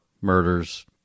murders